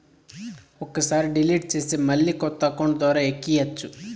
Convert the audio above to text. ఒక్కసారి డిలీట్ చేస్తే మళ్ళీ కొత్త అకౌంట్ ద్వారా ఎక్కియ్యచ్చు